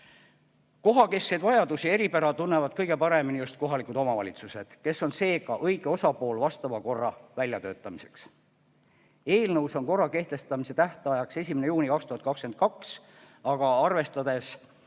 Kohakeskseid vajadusi ja eripära tunnevad kõige paremini kohalikud omavalitsused, kes on seega õige osapool vastava korra väljatöötamiseks. Eelnõus on korra kehtestamise tähtajaks pandud 1. juuni 2022, aga arvestades